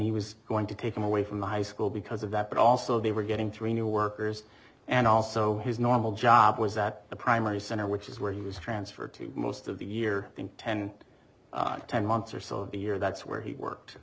he was going to take him away from the high school because of that but also they were getting three new workers and also his normal job was at a primary center which is where he was transferred to most of the year in ten ten months or so of the year that's where he worked